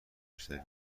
مشتری